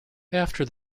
after